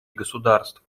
государств